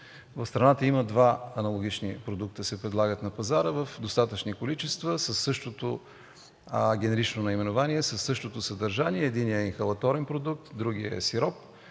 В страната има два аналогични продукта, които се предлагат на пазара в достатъчни количества, със същото генерично наименование, със същото съдържание – единият е инхалаторен продукт, а другият е сироп.